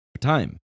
time